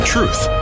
Truth